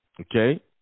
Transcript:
okay